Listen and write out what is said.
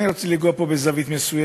אני רוצה לגעת פה בזווית מסוימת.